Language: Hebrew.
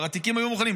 התיקים כבר היו מוכנים,